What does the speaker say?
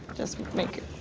just make